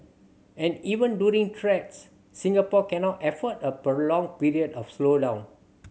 and even during threats Singapore cannot afford a prolonged period of slowdown